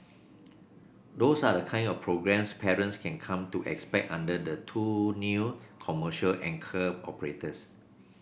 those are the kind of programmes parents can come to expect under the two new commercial anchor operators